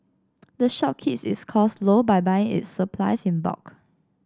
the shop keeps its costs low by buying its supplies in bulk